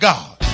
God